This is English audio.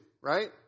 right